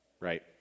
right